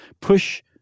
push